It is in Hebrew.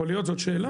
יכול להיות, זאת שאלה.